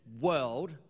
world